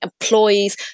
employees